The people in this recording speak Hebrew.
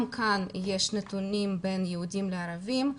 גם כאן יש התפלגות בין יהודים וערבים.